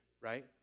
right